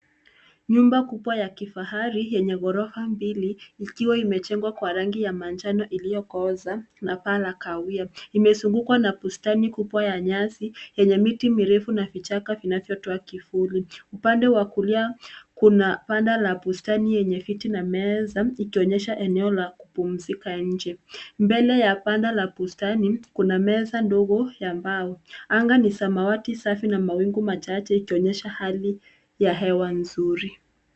Nyumba kubwa ya kifahari yenye ghorofa mbili ikiwa imejengwa kwa rangi ya manjano iliyokooza na paa la kahawia. Imezungukwa na bustani kubwa ya nyasi yenye miti mirefu na vichaka vinavyotoa kivuli. Upande wa kulia kuna banda la bustani yenye viti na meza, ikionyesha eneo la kupumzika nje. Mbele ya banda la bustani kuna meza ndogo ya mbao. Anga ni samawati, safi na mawingu machache ikionyesha hali ya hewa nzuri.